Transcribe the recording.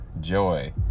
joy